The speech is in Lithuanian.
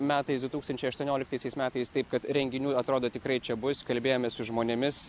metais du tūkstančiai aštuonioliktaisiais metais taip kad renginių atrodo tikrai čia bus kalbėjomės su žmonėmis